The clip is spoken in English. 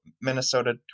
Minnesota